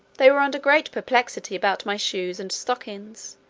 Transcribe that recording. they were under great perplexity about my shoes and stockings,